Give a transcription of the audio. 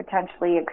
potentially